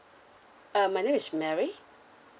uh my name is mary